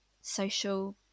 social